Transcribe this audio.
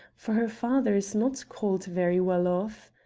for her father is not called very well off.